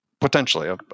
potentially